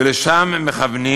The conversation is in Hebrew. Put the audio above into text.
ולשם מכוונים